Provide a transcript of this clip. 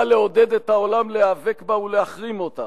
לעודד את העולם להיאבק בה ולהחרים אותה,